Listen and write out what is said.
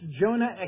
Jonah